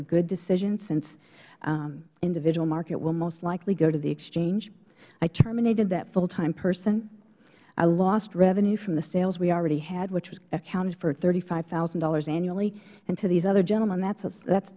a good decision since individual market will most likely go to the exchange i terminated that full time person i lost revenue from the sales we already had which accounted for thirty five thousand dollars annually and to these other gentlemen that